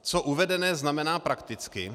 Co uvedené znamená prakticky.